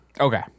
Okay